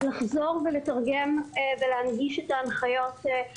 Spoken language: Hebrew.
לחזור ולתרגם ולהנגיש את ההנחיות גם